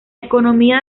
economía